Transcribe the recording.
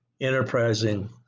enterprising